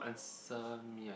answer me